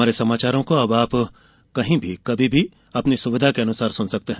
हमारे समाचारों को अब आप कभी भी और कहीं भी अपनी सुविधा के अनुसार सुन सकते हैं